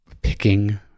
picking